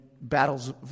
battles